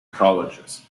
colleges